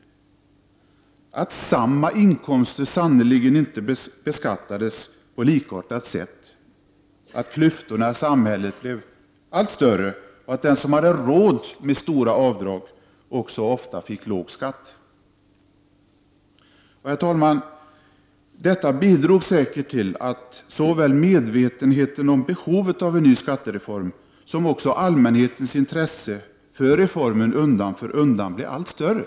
Samma typ av inkomster beskattades sannerligen inte på likartat sätt. Klyftorna i samhället blev allt större. Den som hade råd kunde göra stora avdrag och fick således ofta låg skatt. Herr talman! Allt detta har säkert bidragit till att såväl medvetenheten om behovet av en skattereform som allmänhetens intresse för reformen allteftersom har blivit allt större.